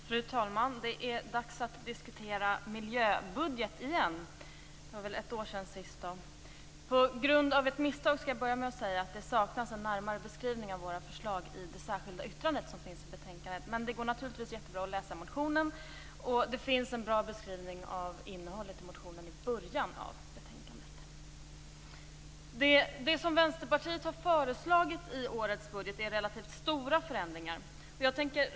Fru talman! Det är dags att diskutera miljöbudget igen. Det var väl ett år sedan sist. På grund av ett misstag saknas det en närmare beskrivning av våra förslag i vårt särskilda yttrande i betänkandet. Det går naturligtvis jättebra att läsa motionen. Det finns en bra beskrivning av innehållet i motionen i början av betänkandet. Vänsterpartiet har föreslagit relativt stora förändringar i årets budget.